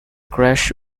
crash